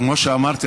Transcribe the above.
כמו שאמרתי,